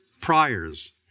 priors